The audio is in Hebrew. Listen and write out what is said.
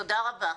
תודה רבה.